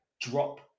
Drop